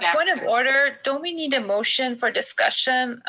um point of order, don't we need a motion for discussion?